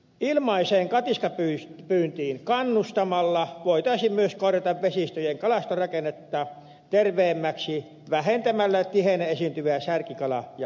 ilmaiseen katiskapyyntiin kannustamalla voitaisiin myös korjata vesistöjen kalastorakennetta terveemmäksi vähentämällä tiheinä esiintyviä särkikala ja ahvenkantoja